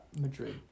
Madrid